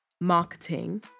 marketing